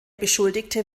beschuldigte